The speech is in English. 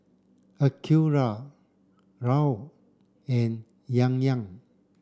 Acura Raoul and Yan Yan